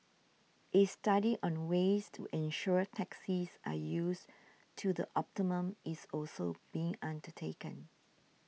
a study on ways to ensure taxis are used to the optimum is also being undertaken